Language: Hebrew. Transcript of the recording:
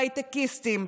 ההייטקיסטים.